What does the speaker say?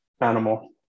animal